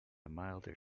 milder